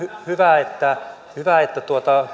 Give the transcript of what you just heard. hyvä että hyvä että